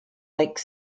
like